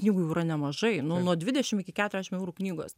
knygų yra nemažai nu nuo dvidešimt iki keturiasdešimt eurų knygos